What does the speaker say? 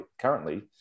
currently